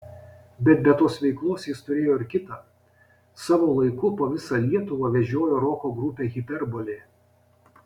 bet be tos veiklos jis turėjo ir kitą savo laiku po visą lietuvą vežiojo roko grupę hiperbolė